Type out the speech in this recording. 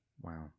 Wow